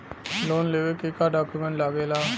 Loan लेवे के का डॉक्यूमेंट लागेला?